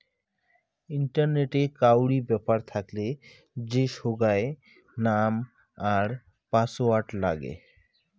ইন্টারনেটে কাউরি ব্যাপার থাকলে যে সোগায় নাম আর পাসওয়ার্ড নাগে